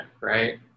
right